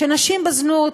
שנשים בזנות